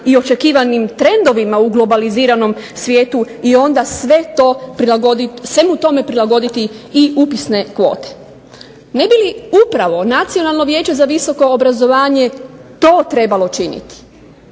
i očekivanim trendovima u globaliziranom svijetu i onda svemu tome prilagoditi upisne kvote. Ne bi li upravo nacionalno vijeće za visoko obrazovanje to trebalo činiti.